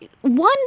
One